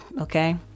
okay